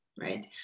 right